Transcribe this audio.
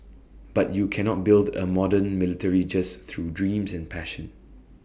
but you cannot build A modern military just through dreams and passion